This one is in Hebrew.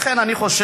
לכן אני חושב: